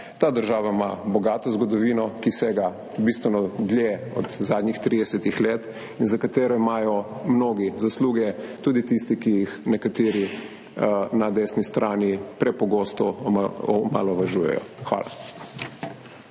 Ta država ima bogato zgodovino, ki sega bistveno dlje od zadnjih 30 let in za katero imajo mnogi zasluge, tudi tisti, ki jih nekateri na desni strani prepogosto omalovažujejo. Hvala.